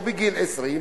או בגיל 20,